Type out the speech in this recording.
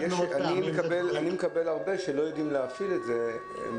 אני מקבל הרבה פניות מאנשים שלא יודעים להפעיל את המחשב,